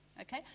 okay